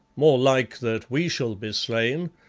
more like that we shall be slain,